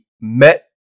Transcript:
met